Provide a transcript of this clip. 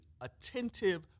attentive